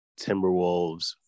Timberwolves